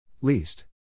Least